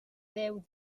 deu